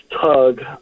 tug